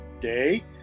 day